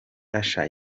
usher